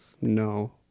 No